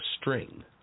string